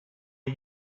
are